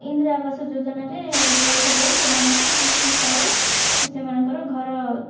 ଇନ୍ଦିରା ଆବାସ ଯୋଜନାରେ ପଇସା ଦେଇ ସେମାନଙ୍କୁ କିସ୍ତି ହିସାବରେ ସେମାନଙ୍କର ଘର